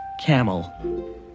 camel